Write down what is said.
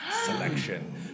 Selection